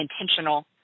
intentional